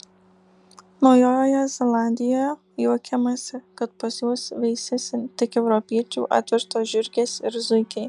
naujojoje zelandijoje juokiamasi kad pas juos veisiasi tik europiečių atvežtos žiurkės ir zuikiai